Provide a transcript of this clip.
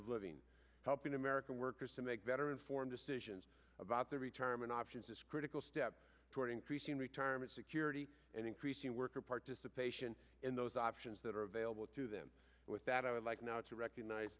of living helping american workers to make better informed decisions about their retirement options is critical step toward increasing retirement security and increasing worker participation in those options that are available to them with that i would like now to recognize